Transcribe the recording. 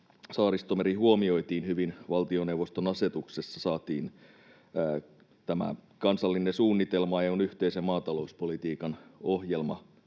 Saaristomeri huomioitiin hyvin valtioneuvoston asetuksessa ja saatiin tämä kansallinen suunnitelma EU:n yhteisen maatalouspolitiikan ohjelmakaudelle.